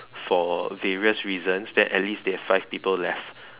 for various reasons then at least they have five people left